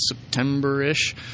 September-ish